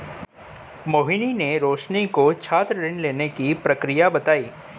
मोहिनी ने रोशनी को छात्र ऋण लेने की प्रक्रिया बताई